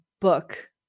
book